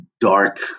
dark